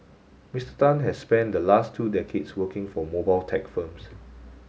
Mister Tan has spent the last two decades working for mobile tech firms